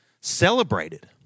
celebrated